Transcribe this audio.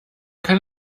kann